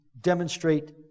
demonstrate